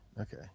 okay